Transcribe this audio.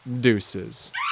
deuces